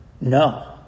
No